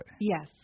yes